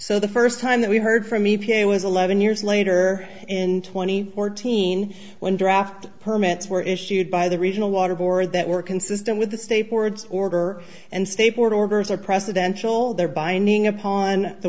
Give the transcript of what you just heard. so the first time that we heard from e p a was eleven years later in twenty or teen when draft permits were issued by the regional water board that were consistent with the state boards order and state board orders are presidential there binding upon the